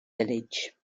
village